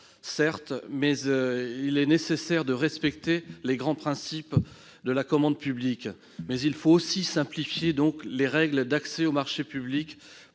certes nécessaire de respecter les grands principes de la commande publique, mais il faut aussi simplifier les règles d'accès aux marchés publics